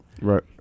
right